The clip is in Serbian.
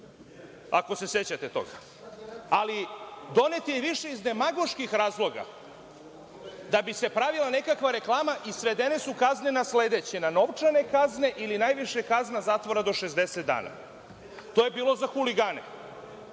ako se sećate toga. Ali, donet je više iz demagoških razloga da bi se pravila nekakva reklama i svedene su kazne na sledeći način, na novčane kazne, ili najviše kazna zatvora do 60 dana. To je bilo za huligane.